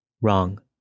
Wrong